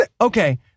Okay